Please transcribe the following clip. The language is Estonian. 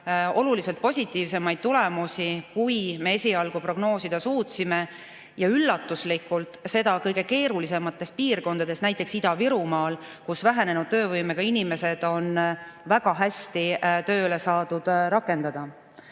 oluliselt positiivsemaid tulemusi, kui me esialgu prognoosida suutsime. Üllatuslikult on see nii just kõige keerulisemates piirkondades, näiteks Ida-Virumaal, kus vähenenud töövõimega inimesi on väga hästi saadud tööle rakendada.